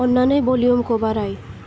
अन्नानै भलिउमखौ बाराय